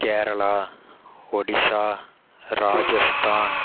Kerala Odisha Rajasthan